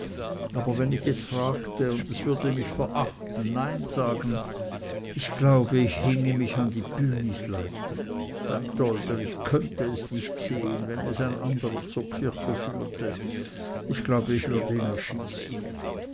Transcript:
aber wenn ich es fragte und es würde mich verachten nein sagen ich glaube ich hinge mich an die bühnisleiter beim dolder ich könnte es nicht sehen wenn es ein anderer zur kirche führte ich glaube ich würde ihn erschießen